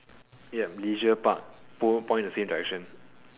ya leisure park both point the same direction